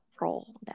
role